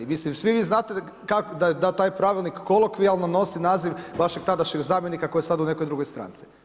Svi vi znate da je taj pravilnik kolokvijalno nosi naziv vašeg tadašnjeg zamjenika koji je sada u nekoj drugoj stranci.